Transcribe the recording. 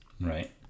Right